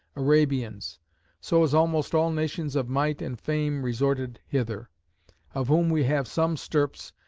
arabians so as almost all nations of might and fame resorted hither of whom we have some stirps,